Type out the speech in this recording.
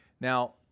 Now